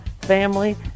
family